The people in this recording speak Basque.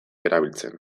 erabiltzen